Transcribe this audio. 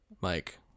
Mike